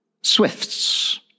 swifts